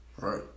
Right